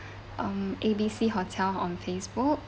um A_B_C hotel on Facebook